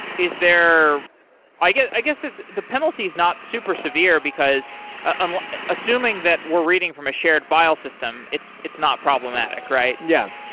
is there i guess i guess the penalty is not super severe, because and assuming that we're reading from a shared file system, it's it's not problematic, right? yeah.